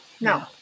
No